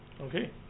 okay